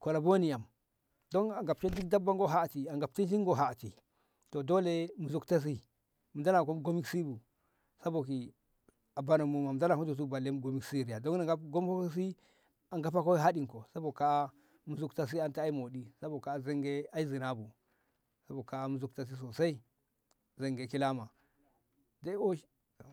kola boni yam dan a gafshinti dabba hati a gafshenti ngo hati to dole mu zukte si mu dolanko gomi ki si bu sabo si a banan mu ma mu dolanko gomi ki si bu balle a riya dan na ngo gomanko ki si a gafako a haɗinko sabo ka'a mu zukta si ai moɗi sabo ka'a zonge ai zina bu sabo kaa'a mu zukta si sosai zonge kilama dai oshi.